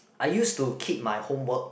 I used to keep my homework